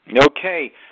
Okay